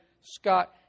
Scott